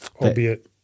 albeit